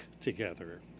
together